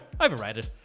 overrated